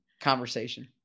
conversation